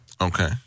Okay